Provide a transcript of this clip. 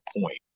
point